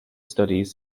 studies